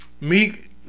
Meek